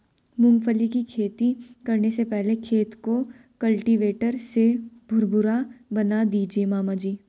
मूंगफली की खेती करने से पहले खेत को कल्टीवेटर से भुरभुरा बना दीजिए मामा जी